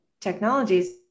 technologies